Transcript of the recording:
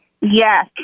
Yes